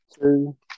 two